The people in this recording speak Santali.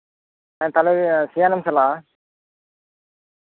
ᱛᱟᱞᱦᱮ ᱥᱤᱭᱟᱱᱮᱢ ᱪᱟᱞᱟᱜᱼᱟ